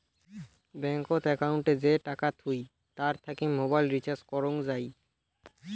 ব্যাঙ্কত একউন্টে যে টাকা থুই তার থাকি মোবাইল রিচার্জ করং যাই